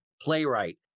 playwright